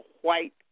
white